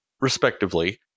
respectively